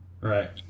Right